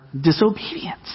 disobedience